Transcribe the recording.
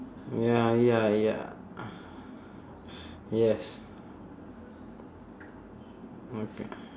ya ya ya yes okay